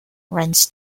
runs